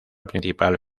principal